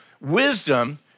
wisdom